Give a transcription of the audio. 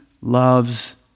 loves